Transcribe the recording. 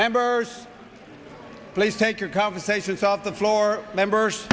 ambers place take your conversations off the floor members